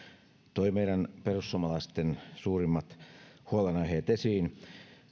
toi meidän perussuomalaisten suurimmat huolenaiheet esiin